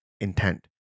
intent